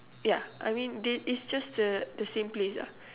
yeah I mean they it's just the the same place lah